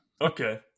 okay